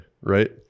right